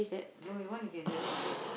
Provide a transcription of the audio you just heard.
no you want you can have it please